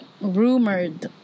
Rumored